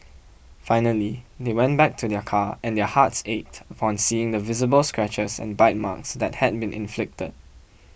finally they went back to their car and their hearts ached upon seeing the visible scratches and bite marks that had been inflicted